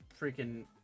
freaking